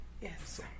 Yes